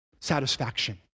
satisfaction